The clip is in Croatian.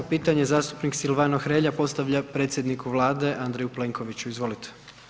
20. pitanje, zastupnik Silvano Hrelja postavlja predsjedniku Vlade Andreju Plenkoviću, izvolite.